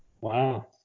Wow